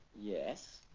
Yes